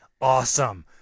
Awesome